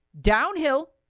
Downhill